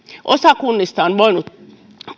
osa kunnista on voinut